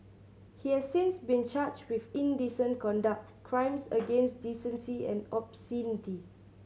he has since been charged with indecent conduct crimes against decency and obscenity